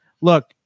look